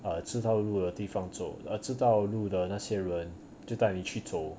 err 知道路的地方走 err 知道路的那些人就带你去走